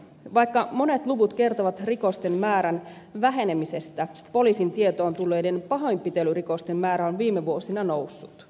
vaikka monet luvut kertovat rikosten määrän vähenemisestä poliisin tietoon tulleiden pahoinpitelyrikosten määrä on viime vuosina noussut